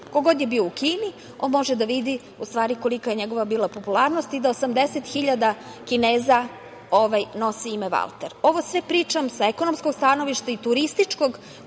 Ko god je bio u Kini on može da vidi kolika je bila njegova popularnost i da 80.000 Kineza nosi ime Valter. Ovo sve pričam sa ekonomskog stanovišta i turističkog,